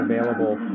available